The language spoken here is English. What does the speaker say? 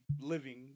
living